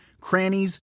crannies